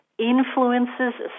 influences